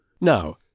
Now